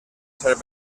ser